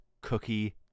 cookie